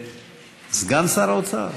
סגן שר האוצר,